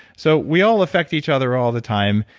so we all affect each other all the time.